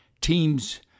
teams